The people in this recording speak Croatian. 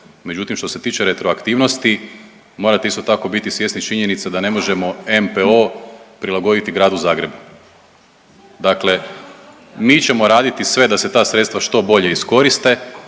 Međutim, što se tiče retroaktivnosti morate isto tako biti svjesni činjenice da ne možemo NPO prilagoditi Gradu Zagrebu. Dakle, mi ćemo raditi sve da se ta sredstva što bolje iskoriste